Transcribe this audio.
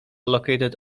located